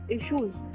issues